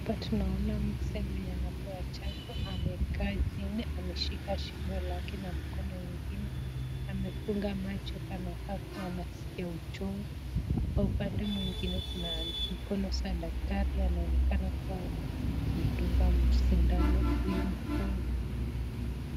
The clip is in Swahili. Hapa tunaona mzee mwenye anapewa chanjo amekaa chini ameshika shingo lake na mkono mwingine amefunga macho anaskia uchungu, pande mwingine kuna mkono wa daktari anaokana kumdunga sindano huyu mgonjwa.